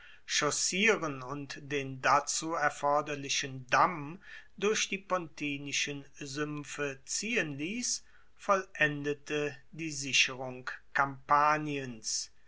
chaussieren und den dazu erforderlichen damm durch die pontinischen suempfe ziehen liess vollendete die sicherung kampaniens